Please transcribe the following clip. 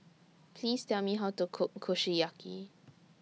Please Tell Me How to Cook Kushiyaki